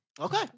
okay